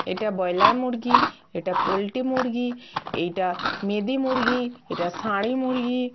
এটা ব্রয়লার মুরগি এটা পোল্ট্রি মুরগি এইটা মেদি মুরগি এটা ষাঁড়ি মুরগি